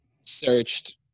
searched